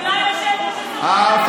עוד מעט תגיד: אצלנו בחיל האוויר,